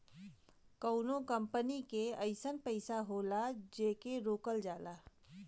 कउनो कंपनी के अइसन पइसा होला जेके रोकल जाला